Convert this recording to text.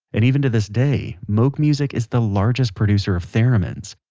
and even to this day, moog music is the largest producer of theremins.